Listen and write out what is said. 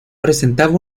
presentaba